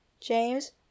James